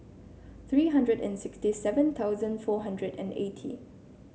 three hundred and sixty seven thousand four hundred and eighty